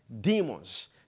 demons